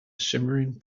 shimmering